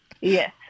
yes